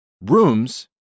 rooms